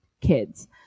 kids